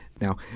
Now